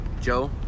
Joe